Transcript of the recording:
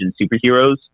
superheroes